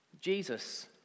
Jesus